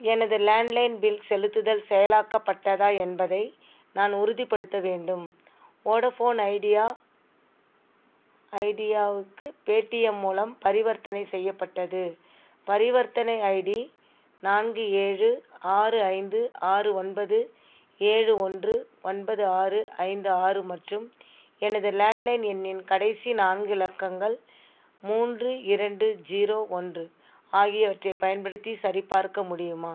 எனது landline bill செலுத்துதல் செயலாக்கப்பட்டதா என்பதை நான் உறுதிப்படுத்த வேண்டும் வோடஃபோன் ஐடியா ஐடியாவுக்கு பேடிம் மூலம் பரிவர்த்தனை செய்யப்பட்டது பரிவர்த்தனை ஐடி நான்கு ஏழு ஆறு ஐந்து ஆறு ஒன்பது ஏழு ஒன்று ஒன்பது ஆறு ஐந்து ஆறு மற்றும் எனது லேண்ட் லைன் எண்ணின் கடைசி நான்கு இலக்கங்கள் மூன்று இரண்டு ஜீரோ ஒன்று ஆகியவற்றைப் பயன்படுத்தி சரிப்பார்க்க முடியுமா